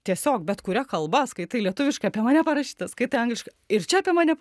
tiesiog bet kuria kalba skaitai lietuviškai apie mane parašyta skaitai angliškai ir čia apie mane